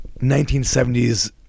1970s